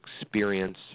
experience